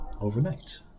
overnight